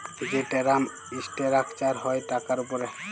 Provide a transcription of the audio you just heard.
যে term structure হ্যয় টাকার উপরে